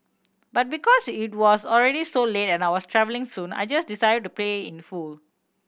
but because it was already so late and I was travelling soon I just decided to pay in full